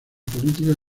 política